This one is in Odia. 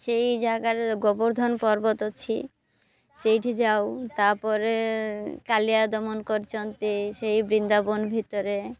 ସେଇ ଜାଗାରେ ଗୋବର୍ଦ୍ଧନ ପର୍ବତ ଅଛି ସେଇଠି ଯାଉ ତା'ପରେ କାଳିଆ ଦମନ କରିଛନ୍ତି ସେଇ ବୃନ୍ଦାବନ ଭିତରେ